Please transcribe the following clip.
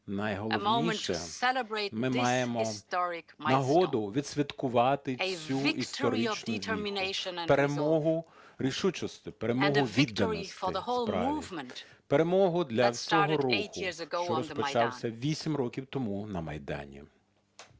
найголовніше, ми маємо нагоду відсвяткувати цю історичну віху, перемогу рішучості, перемогу відданості справі, перемогу для всього руху, що розпочався вісім років тому на Майдані.